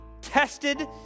tested